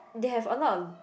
they have a lot of